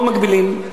מאוד מגבילים.